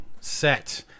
set